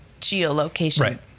geolocation